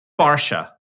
Barsha